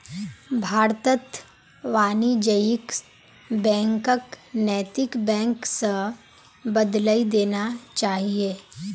भारतत वाणिज्यिक बैंकक नैतिक बैंक स बदलइ देना चाहिए